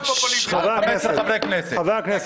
תדבר באופן ענייני.